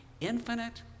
Infinite